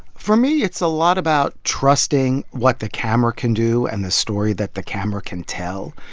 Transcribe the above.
for me, it's a lot about trusting what the camera can do and the story that the camera can tell.